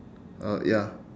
uh ya